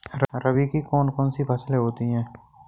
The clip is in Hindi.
रबी की कौन कौन सी फसलें होती हैं?